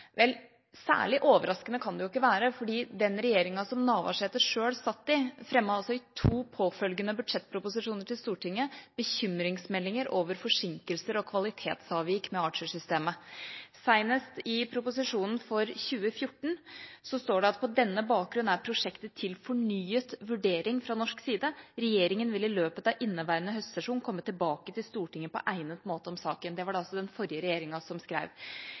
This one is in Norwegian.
Særlig overraskende kan det ikke være, for den regjeringa som Navarsete selv satt i, fremmet altså i to påfølgende budsjettproposisjoner til Stortinget bekymringsmeldinger over forsinkelser og kvalitetsavvik ved Archer-systemet. Senest i proposisjonen for 2014 står det: «På denne bakgrunn er prosjektet til fornyet vurdering fra norsk side. Regjeringen vil i løpet av inneværende høstsesjon komme tilbake til Stortinget på egnet måte om denne saken.» Det var det altså den forrige regjeringa som skrev.